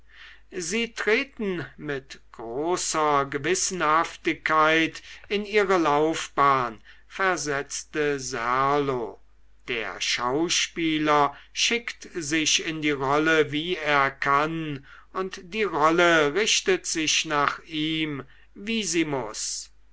sie treten mit großer gewissenhaftigkeit in ihre laufbahn versetzte serlo der schauspieler schickt sich in die rolle wie er kann und die rolle richtet sich nach ihm wie sie muß